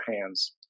hands